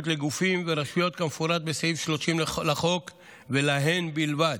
לגופים ורשויות כמפורט בסעיף 30 לחוק ולהן בלבד,